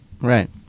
right